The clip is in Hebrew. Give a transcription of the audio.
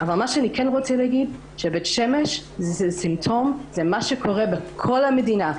אבל מה שאני כן רוצה לומר שבית שמש היא סימפטום למה שקורה בכל המדינה.